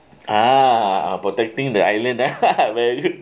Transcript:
uh protecting the island uh very good